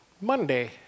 Monday